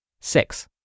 Six